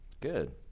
Good